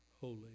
holy